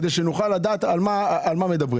כדי שנוכל לדעת על מה מדברים.